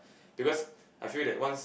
because I feel that once